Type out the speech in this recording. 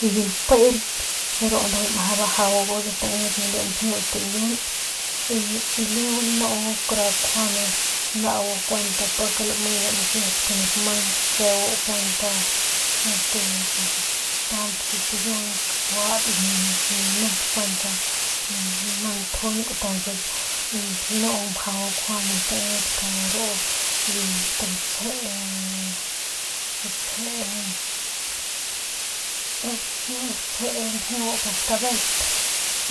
Y biu mpen ru ndu meje bajau tedat ru ndujuy mjau stikiuang y luego lanu kjuande nau kuent nau lame nchis ke nip mang ntseu kuent este pues tant kit stakiuang kaut y ni nik kuent mang njunk tuns lnu mjau kjuande tedat karu bi t gutsje gutsje gutsje njeu cascabel